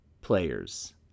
players